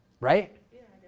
right